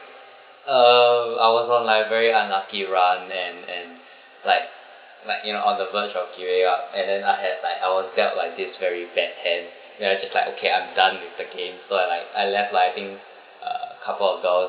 uh I was one of like very unlucky [one] then and like like you know on the verge of giving up and then I had like I was felt like this very bad hand then I just like okay I'm done with the game so I'm like I left like I think uh couple of dollars